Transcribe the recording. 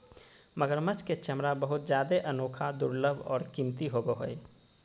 मगरमच्छ के चमरा बहुत जादे अनोखा, दुर्लभ और कीमती होबो हइ